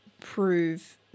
prove